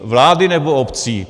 Vlády, nebo obcí?